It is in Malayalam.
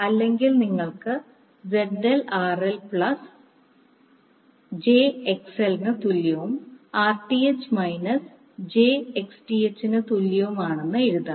അല്ലെങ്കിൽ നിങ്ങൾക്ക് ZL RL പ്ലസ് jXL ന് തുല്യവും Rth മൈനസ് jXth ന് തുല്യവുമാണെന്ന് എഴുതാം